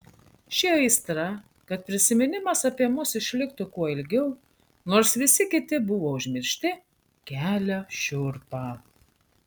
ši aistra kad prisiminimas apie mus išliktų kuo ilgiau nors visi kiti buvo užmiršti kelia šiurpą